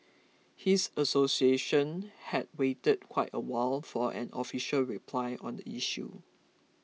his association had waited quite a while for an official reply on the issue